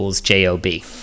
j-o-b